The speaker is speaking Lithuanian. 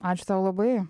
ačiū tau labai